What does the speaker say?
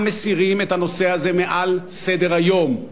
מסירים את הנושא הזה מעל סדר-היום.